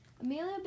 Amelia